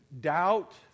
doubt